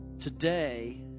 Today